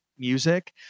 music